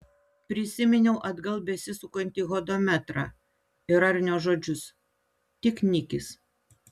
prisiminiau atgal besisukantį hodometrą ir arnio žodžius tik nikis